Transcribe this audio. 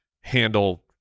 handle